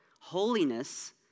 Holiness